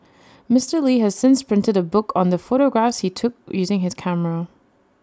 Mister li has since printed A book on the photographs he took using his camera